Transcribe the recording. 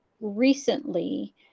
recently